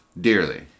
dearly